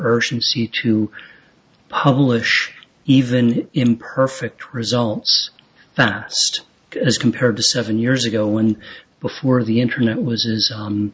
urgency to publish even imperfect results as compared to seven years ago when before the internet was